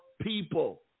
people